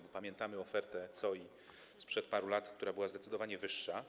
Bo pamiętamy ofertę COI sprzed paru lat, która była zdecydowanie wyższa.